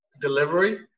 delivery